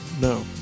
No